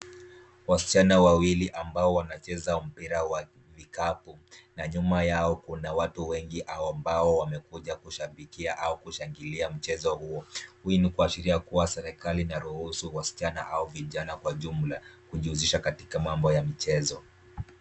Wasichana wawili ambao wanacheza mpira wa vikapu na nyuma yao kuna watu wengi ambao wamekuja kushabikia au kushangilia mchezo huo. Hii ni kuashiria kuwa serikali inaruhusu wasichana au vijana kwa jumla kujihusisha katika mambo ya michezo.